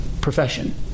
profession